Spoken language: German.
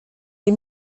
die